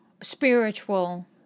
spiritual